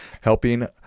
helping